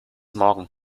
morgen